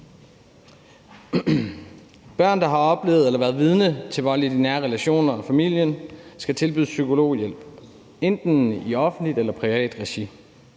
Børn, der har oplevet eller været vidne til vold i nære relationer i familien, skal tilbydes psykologhjælp, enten i offentligt eller privat regi.